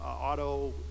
auto